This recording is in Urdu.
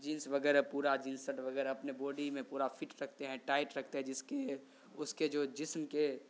جنس وغیرہ پورا جنس سٹ وغیرہ اپنے بوڈی میں پورا فٹ رکھتے ہیں ٹائٹ رکھتے ہیں جس کے اس کے جو جسم کے